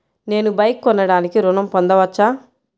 నేను బైక్ కొనటానికి ఋణం పొందవచ్చా?